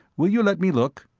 will you let me look?